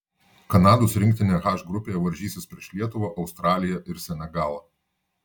kanados rinktinė h grupėje varžysis prieš lietuvą australiją ir senegalą